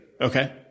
Okay